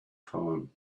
time